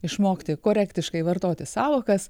išmokti korektiškai vartoti sąvokas